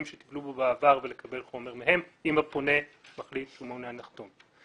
שטיפלו בו בעבר ולקבל חומר מהם אם הפונה מחליט שהוא מעוניין לחתום,